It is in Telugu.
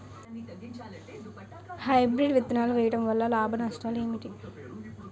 హైబ్రిడ్ విత్తనాలు వేయటం వలన లాభాలు నష్టాలు ఏంటి?